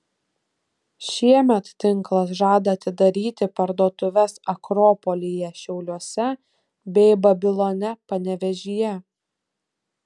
šiemet tinklas žada atidaryti parduotuves akropolyje šiauliuose bei babilone panevėžyje